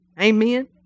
Amen